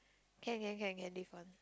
can can can can leave one